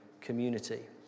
community